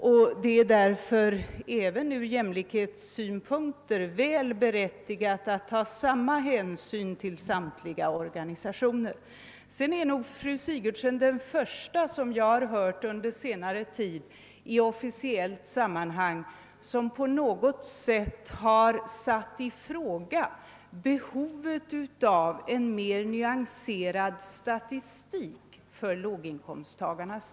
Därför är det även ur jämlikhetssynpunkt berättigat att ta samma hänsyn till samtliga organisationer. Fru Sigurdsen är nog den första jag har hört som under senare tid i officiellt sammanhang på något sätt har ifrågasatt behovet av en mera nyanserad statistik beträffande låginkomsttagarna.